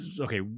okay